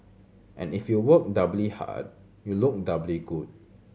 and if you work doubly hard you look doubly good